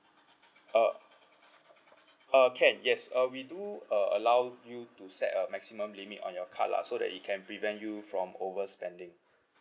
uh uh can yes uh we do uh allow you to set a maximum limit on your card lah so that it can prevent you from overspending